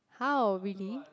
how really